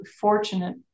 fortunate